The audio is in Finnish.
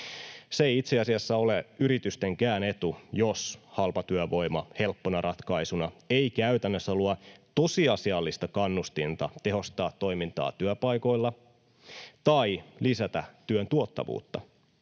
Se ei itse asiassa ole yritystenkään etu, jos halpatyövoima helppona ratkaisuna ei käytännössä luo tosiasiallista kannustinta tehostaa toimintaa työpaikoilla tai lisätä työn tuottavuutta,